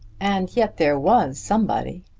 and yet there was somebody!